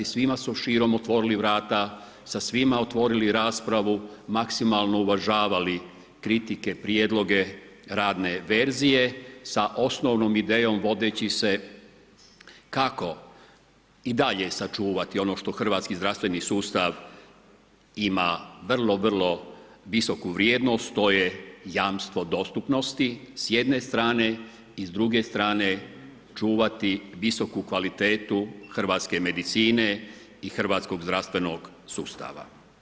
Svima su širom otvorili vrata, sa svima otvorili raspravu, maksimalno uvažavali kritike, prijedloge, radne verzije sa osnovnom idejom vodeći se kako i dalje sačuvati ono što hrvatski zdravstveni sustav ima vrlo, vrlo visoku vrijednost, to je jamstvo dostupnosti s jedne strane i s druge strane čuvati visoku kvalitetu hrvatske medicine i hrvatskog zdravstvenog sustava.